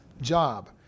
job